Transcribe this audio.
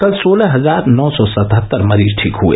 कल सोलह हजार नौ सौ सतहत्तर मरीज ठीक हए